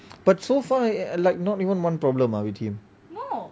but so far ah like not even one problem are with him